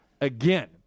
again